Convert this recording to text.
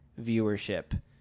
viewership